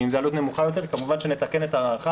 אם זו עלות נמוכה יותר כמובן שנתקן את ההערכה,